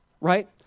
Right